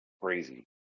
Crazy